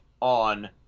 on